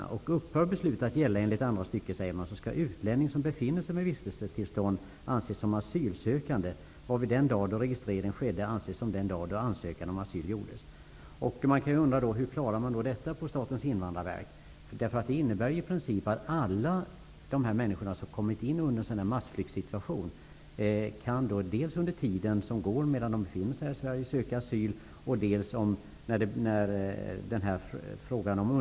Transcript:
Det står vidare: ''Upphör beslutet att gälla enligt andra stycket, skall utlänning som befinner sig här med vistelsetillstånd anses som asylsökande varvid den dag då registrering skedde anses som den dag då ansökan om asyl gjordes.'' Man kan undra hur man skall klara av detta på Statens invandrarverk. Detta innebär ju i princip att alla de människor som under en massflyktssituation kommer in i landet under tiden som går medan de befinner sig här i Sverige kan söka asyl.